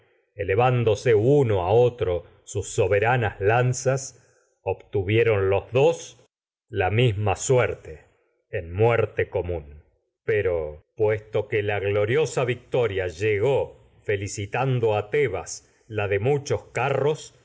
clavándose uno a otro sus los soberanas lanzas dos la misma suerte en muerte común pero puesto que la gloriosa victoria carros llegó felicitando a tebas la de de muchos